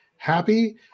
Happy